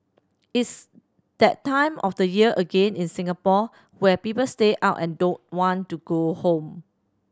it's that time of the year again in Singapore where people stay out and don't want to go home